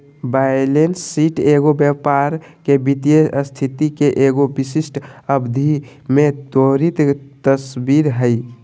balance sheet एगो व्यापार के वित्तीय स्थिति के एगो विशिष्ट अवधि में त्वरित तस्वीर हइ